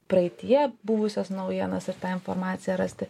praeityje buvusias naujienas ir tą informaciją rasti